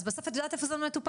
אז בסוף את יודעת איפה זה מטופל?